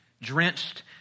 drenched